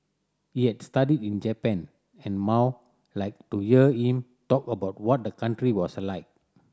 he had studied in Japan and Mao liked to hear him talk about what the country was like